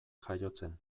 jaiotzen